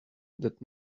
that